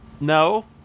No